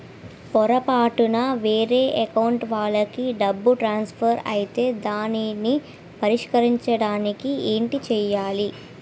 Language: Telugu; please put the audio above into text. పొరపాటున వేరే అకౌంట్ వాలికి డబ్బు ట్రాన్సఫర్ ఐతే దానిని పరిష్కరించడానికి ఏంటి చేయాలి?